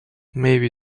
maybe